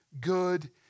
good